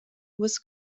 was